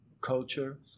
culture